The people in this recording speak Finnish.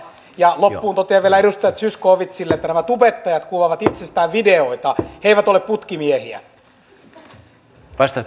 loppuun totean vielä edustaja zyskowiczille että nämä tubettajat kuvaavat itsestään videoita he eivät ole putkimiehiä